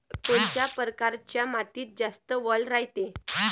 कोनच्या परकारच्या मातीत जास्त वल रायते?